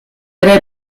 ere